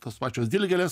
tos pačios dilgėlės